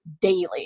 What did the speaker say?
daily